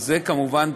כמובן,